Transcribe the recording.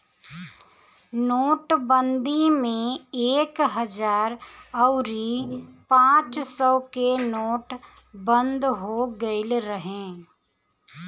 नोटबंदी में एक हजार अउरी पांच सौ के नोट बंद हो गईल रहे